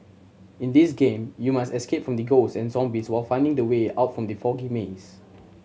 in this game you must escape from ghost and zombies while finding the way out from the foggy maze